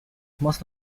most